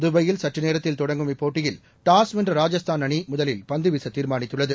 தபாயில் சற்றநேரத்தில் தொடங்கும் இப்போட்டியில் டாஸ் வென்ற ராஜஸ்தான் அணி முதலில் பந்து வீச தீர்மானித்துள்ளது